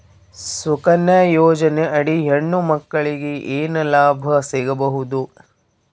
ಸುಕನ್ಯಾ ಯೋಜನೆ ಅಡಿ ಹೆಣ್ಣು ಮಕ್ಕಳಿಗೆ ಏನ ಲಾಭ ಸಿಗಬಹುದು?